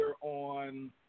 on